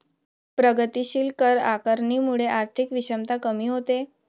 प्रगतीशील कर आकारणीमुळे आर्थिक विषमता कमी होते